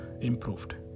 improved